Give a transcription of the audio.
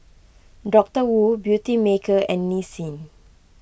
Doctor Wu Beautymaker and Nissin